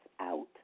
out